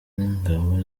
ingabo